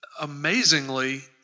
amazingly